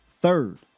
Third